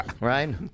right